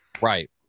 Right